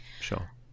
Sure